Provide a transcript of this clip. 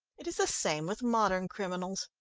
it is the same with modern criminals.